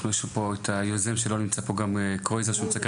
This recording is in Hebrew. יש לנו יוזם אחד של הדיון שלא נמצא פה איתנו,